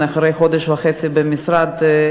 אחרי וחודש וחצי במשרד,